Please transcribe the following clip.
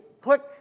Click